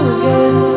again